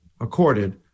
accorded